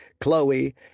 Chloe